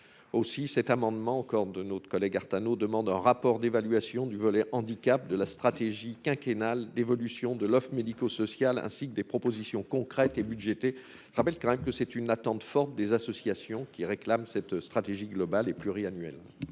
aussi cet amendement encore de notre collègue Artano demande un rapport d'évaluation du volet handicap de la stratégie quinquennale d'évolution de l'offre médico-social, ainsi que des propositions concrètes et budgété rappelle quand même que c'est une attente forte des associations qui réclament cette stratégie globale et.